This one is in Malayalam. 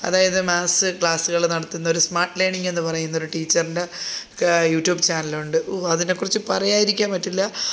അതായത് മാത്സ് ക്ലാസ്സുകൾ നടത്തുന്ന സ്മാർട്ട് ലേർണിങ് എന്നുപറയുന്നൊരു ടീച്ചറിൻ്റെ യൂട്യൂബ് ചാനലുണ്ട് ഓ അതിനെക്കുറിച്ച് പറയാതിരിക്കാൻ പറ്റില്ല